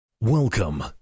Welcome